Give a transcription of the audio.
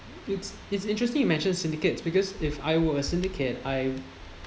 it's it's interesting you mention syndicates because if I were a syndicate I